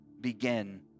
begin